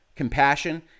compassion